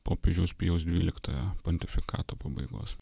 popiežiaus pijaus dvyliktojo pontifikato pabaigos